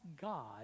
God